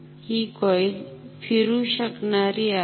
हि कॉईल फिरू शकणारी आहे